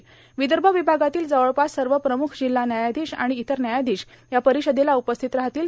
र्यावदभ र्वभागातील जवळपास सव प्रमुख जिल्हा न्यायाधीश आर्गण इतर न्यायाधीश या र्पारषदेला उपस्थित राहतील